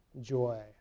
joy